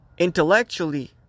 intellectually